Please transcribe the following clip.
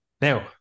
now